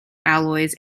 alloys